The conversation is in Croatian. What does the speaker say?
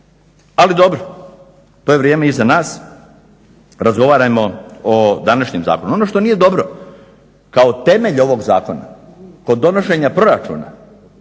Ali dobro, to je vrijeme iza nas. Razgovarajmo o današnjem zakonu. Ono što nije dobro kao temelj ovog zakona kod donošenja proračuna